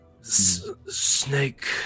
snake